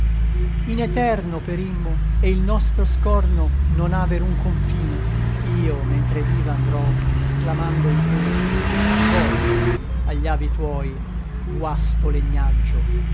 in eterno perimmo e il nostro scorno non ha verun confine io mentre viva andrò sclamando intorno volgiti agli avi tuoi guasto legnaggio